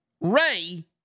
Ray